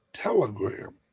Telegram